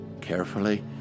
Carefully